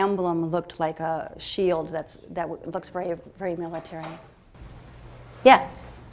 emblem looked like a shield that's that looks very very military yes